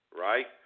right